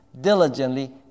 Diligently